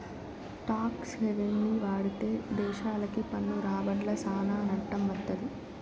talks హెవెన్ని వాడితే దేశాలకి పన్ను రాబడ్ల సానా నట్టం వత్తది